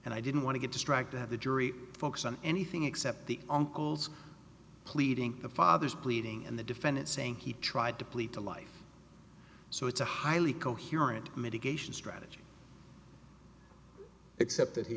and i didn't want to get distracted at the jury focus on anything except the uncle's pleading the father's pleading and the defendant saying he tried to plead to life so it's a highly coherent mitigation strategy except that he